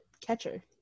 catcher